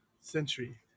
century